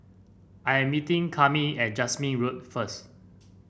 I am meeting Cami at Jasmine Road first